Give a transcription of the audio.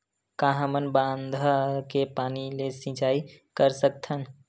का हमन बांधा के पानी ले सिंचाई कर सकथन?